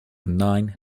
nine